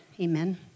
Amen